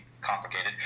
complicated